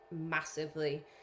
massively